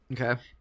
Okay